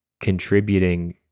contributing